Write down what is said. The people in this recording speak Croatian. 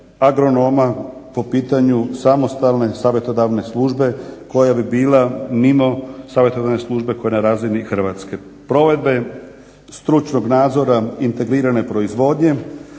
agronoma po pitanju samostalne savjetodavne službe koja bi bila mimo savjetodavne službe koja je na razini hrvatske provedbe, stručnog nadzora, integrirane proizvodnje